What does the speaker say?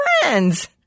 friends